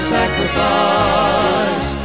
sacrifice